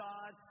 God